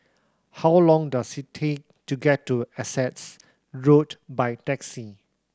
how long does it take to get to Essex Road by taxi